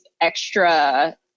extra